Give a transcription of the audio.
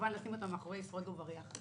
וכמובן לשים אותם מאחורי סורג ובריח.